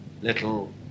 little